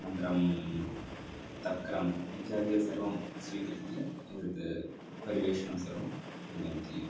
अनन्तरं तक्रम् इत्यादिकं सर्वं स्वीकृत्य एतत् परिवेषणं सर्वं कुर्वन्ति ये